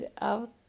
out